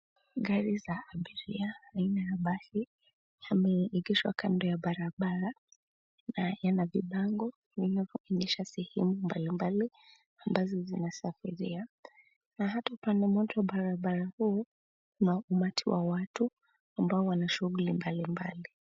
Gari za abiria aina ya basi yameegeshwa kando ya barabara na yana vibango vinayoonyesha sehemu mbali mbali ambazo zinasafiria. Na hata upande mmoja wa barabara huu na umati wa watu ambao wana shughuli mbali mbali.